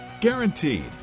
Guaranteed